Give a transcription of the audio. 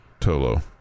Tolo